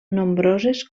nombroses